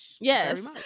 Yes